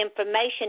information